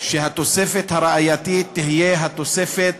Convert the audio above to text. שהתוספת הראייתית תהיה התוספת